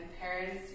parents